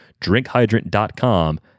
drinkhydrant.com